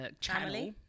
channel